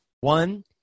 One-